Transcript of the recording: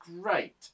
great